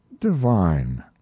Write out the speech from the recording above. divine